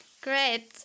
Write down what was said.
Great